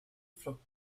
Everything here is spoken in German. flockt